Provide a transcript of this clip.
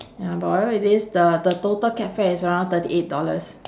ya but whatever it is the the total cab fare is around thirty eight dollars